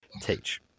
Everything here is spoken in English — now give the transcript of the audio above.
Teach